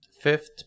fifth